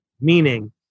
meaning